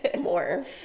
more